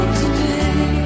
today